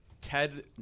Ted –